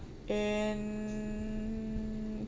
in